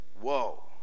Whoa